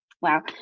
Wow